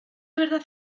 verdad